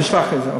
כן, תשלח את זה.